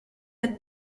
êtes